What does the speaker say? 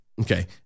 Okay